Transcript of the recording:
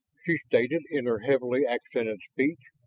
she stated in her heavily accented speech.